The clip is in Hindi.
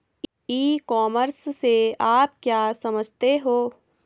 ई कॉमर्स से आप क्या समझते हो?